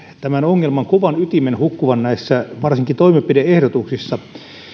tämän ongelman kovan ytimen hukkuvan varsinkin näissä toimenpide ehdotuksissa